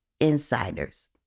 insiders